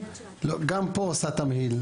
גם פה עושה תמהיל.